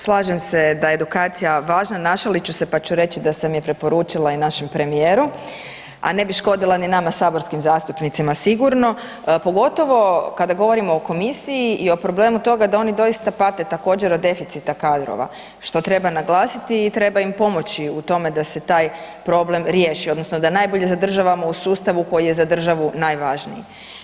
Slažem se da je edukacija važna, našalit ću se pa ću reći da sam je preporučila i našem premijeru, a ne bi škodila ni nama saborskim zastupnicima sigurno pogotovo kada govorimo o komisiji i o problemu toga da oni doista pate također od deficita kadrova, što treba naglasiti i treba im pomoći u tome da se taj problem riješi odnosno da najbolje zadržavamo u sustavu koji je za državu najvažniji.